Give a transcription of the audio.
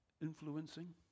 influencing